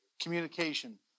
Communication